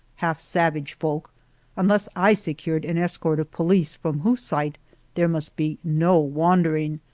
half-savage folk unless i secured an escort of police from whose sight there must be no wandering,